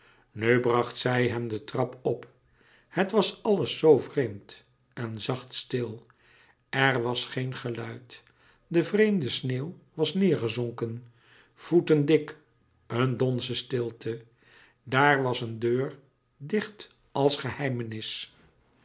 bracht zij hem de trap op het was alles zoo vreemd en zacht stil er was geen geluid de vreemde sneeuw was neêrgezonken voeten dik een donzen stilte daar was een deur dicht als geheimenis